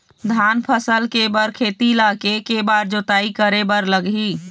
धान फसल के बर खेत ला के के बार जोताई करे बर लगही?